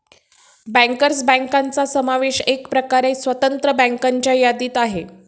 bankers बँकांचा समावेश एकप्रकारे स्वतंत्र बँकांच्या यादीत आहे